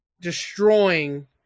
destroying